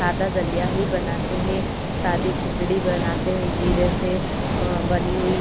सादा दलिया ही बनाते हैं सादी खिचड़ी बनाते हैं ज़ीरे से बनी हुई